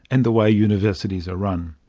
and the way universities are run.